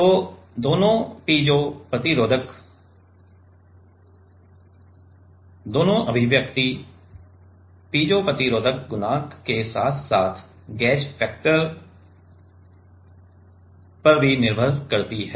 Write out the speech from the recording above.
तो दोनों पीजो प्रतिरोधक दोनों अभिव्यक्ति पीजो प्रतिरोधक गुणांक के साथ साथ गेज फैक्टर के साथ महत्वपूर्ण हैं